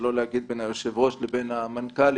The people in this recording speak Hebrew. שלא להגיד בין היושב-ראש לבין המנכ"לית,